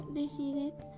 decided